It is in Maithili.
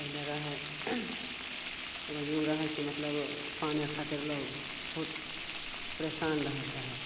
पहिले रहै एगो जुग रहै कि मतलब पानी खातिर लोक बहुत परेशान रहै रहै